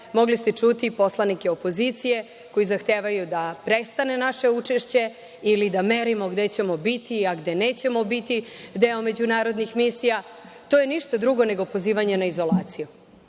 Mogli ste čuti poslanike opozicije koji zahtevaju da prestane naše učešće ili da merimo gde ćemo biti, a gde nećemo biti deo međunarodnih misija, to je ništa drugo, nego pozivanje na izolaciju.